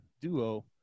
duo